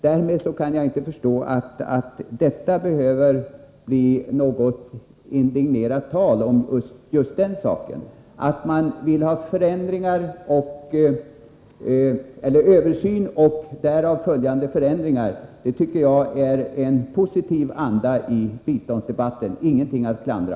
Därför kan jag inte förstå att det behöver bli något indignerat tal om just den saken. Att man vill ha en översyn och därav följande förändringar tycker jag innebär en positiv anda i biståndsdebatten — det är ingenting att klandra.